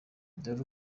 dore